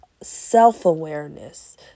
self-awareness